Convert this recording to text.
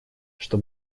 что